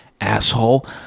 asshole